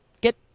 get